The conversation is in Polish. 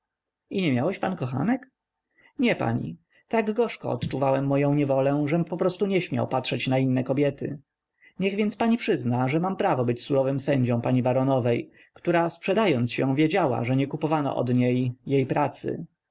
kochanek nie pani tak gorzko odczuwałem moję niewolę żem poprostu nie śmiał patrzyć na inne kobiety niech więc pani przyzna że mam prawo być surowym sędzią pani baronowej która sprzedając się wiedziała że nie kupowano od niej jej pracy